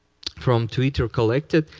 from twitter collected.